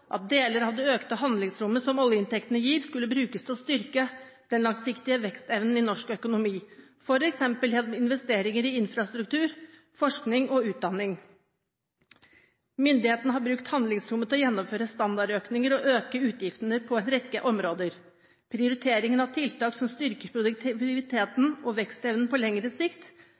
at deler av det økte handlingsrommet som oljeinntektene gir, skulle brukes til å styrke den langsiktige vekstevnen til norsk økonomi, for eksempel gjennom investeringer i infrastruktur, forskning og utdanning.» Han sa videre: «Myndighetene har brukt handlingsrommet til å gjennomføre standardøkninger og øke utgiftene på en rekke områder. Prioritering av tiltak som styrker produktiviteten og vekstevnen på lengre sikt,